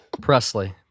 Presley